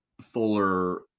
Fuller